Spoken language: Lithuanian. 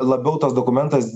labiau tas dokumentas